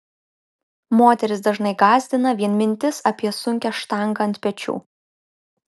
moteris dažnai gąsdina vien mintis apie sunkią štangą ant pečių